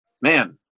man